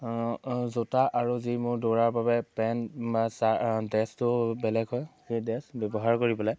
জোতা আৰু যি মোৰ দৌৰাৰ বাবে পেণ্ট বা চাৰ ড্ৰেছটো বেলেগ হয় সেই ড্ৰেছ ব্যৱহাৰ কৰি পেলাই